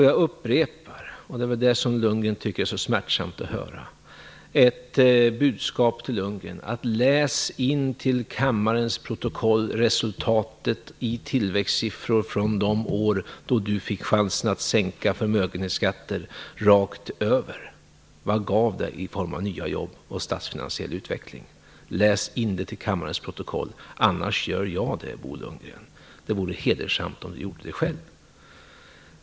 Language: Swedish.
Jag upprepar - och det är vad Bo Lundgren tycker är så smärtsamt att höra - mitt budskap till Bo Lundgren: Läs in i kammarens protokoll resultatet i tillväxtsiffror från de år då han fick chansen att sänka förmögenhetsskatter rakt över! Vad gav det i form av nya jobb och statsfinansiell utveckling? Läs in det till kammarens protokoll, annars gör jag det, Bo Lundgren! Det vore hedersamt om han gjorde det själv.